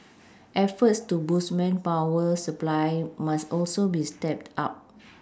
efforts to boost manpower supply must also be stepped up